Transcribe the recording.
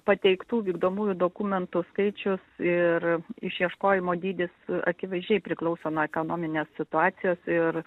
pateiktų vykdomųjų dokumentų skaičius ir išieškojimo dydis akivaizdžiai priklauso nuo ekonominės situacijos ir